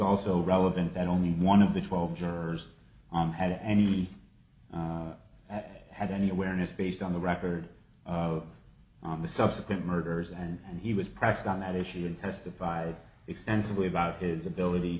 also relevant that only one of the twelve jurors on had any had any awareness based on the record of the subsequent murders and he was pressed on that issue in testified extensively about his ability